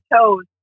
toes